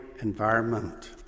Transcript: environment